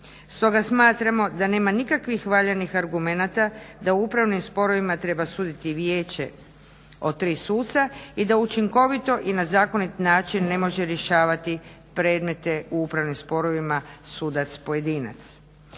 Stoga smatramo da nema nikakvih valjanih argumenata da u upravnim sporovima treba suditi vijeće od tri suca i da učinkovito i na zakonit način ne može rješavati predmete u upravnim sporovima sudac pojedinac.